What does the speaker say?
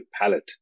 palette